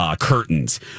Curtains